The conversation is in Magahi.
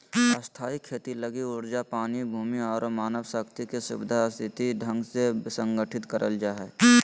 स्थायी खेती लगी ऊर्जा, पानी, भूमि आरो मानव शक्ति के सुव्यवस्थित ढंग से संगठित करल जा हय